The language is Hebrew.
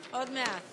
קבוצת סיעת